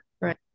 right